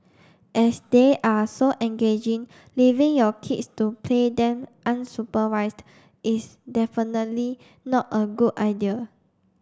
as they are so engaging leaving your kids to play them unsupervised is definitely not a good idea